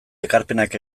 ekarpenak